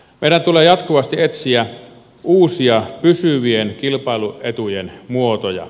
meidän tulee jatkuvasti etsiä uusia pysyvien kilpailuetujen muotoja